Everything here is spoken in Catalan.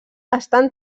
estan